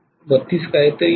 32 काहीतरी 0